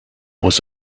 was